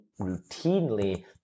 routinely